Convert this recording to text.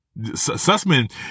Sussman